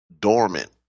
dormant